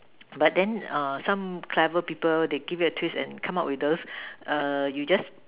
but then some clever people they give a twist and come up with those you just